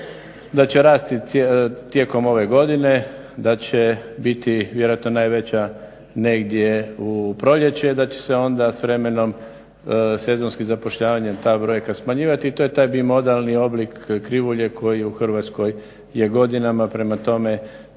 da će rasti tijekom ove godine, da će biti vjerojatno najveća negdje u proljeće i da će se onda s vremenom sezonskim zapošljavanjem ta brojka smanjivati i to je taj bimodalni oblik krivulje koji u Hrvatskoj je godinama. Prema tome,